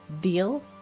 deal